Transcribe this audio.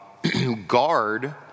guard